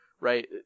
Right